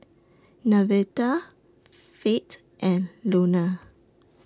Nevada Fate and Lona